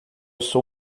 sou